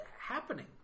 happening